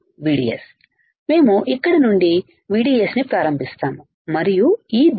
VDS మేము ఇక్కడ నుండి VDS ను ప్రారంభిస్తాము మరియు ఈ దిశలో